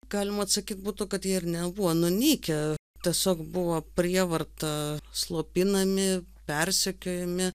galima atsakyt būtų kad jie ir nebuvo nunykę tiesiog buvo prievarta slopinami persekiojami